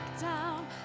down